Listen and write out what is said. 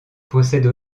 possède